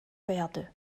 verde